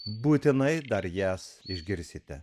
būtinai dar jas išgirsite